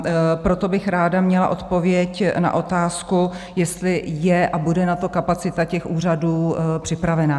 A proto bych ráda měla odpověď na otázku, jestli je a bude na to kapacita těch úřadů připravena.